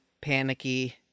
panicky